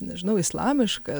nežinau islamiška